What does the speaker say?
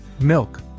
Milk